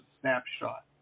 snapshot